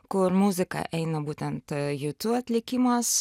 kur muzika eina būtent jū tiū atlikimas